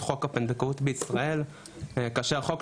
פסקת ההתגברות תאפשר כמו בהונגריה לחוקק